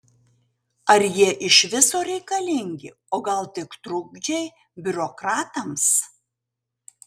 ar jie iš viso reikalingi o gal tik trukdžiai biurokratams